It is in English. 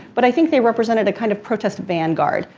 but i think they represented a kind of protest vanguard,